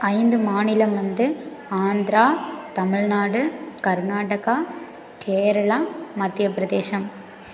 ஐந்து மாநிலம் வந்து ஆந்திரா தமிழ்நாடு கர்நாடகா கேரளா மத்திய பிரதேசம்